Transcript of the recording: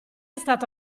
stato